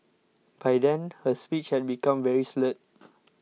by then her speech had become very slurred